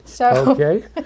Okay